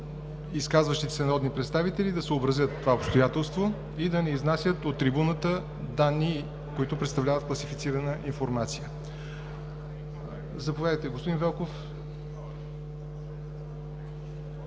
изказващите се народни представители да съобразят това обстоятелство и да не изнасят от трибуната данни, които представляват класифицирана информация. Започваме обсъжданията